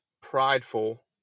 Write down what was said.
prideful